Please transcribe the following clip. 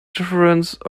difference